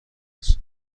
است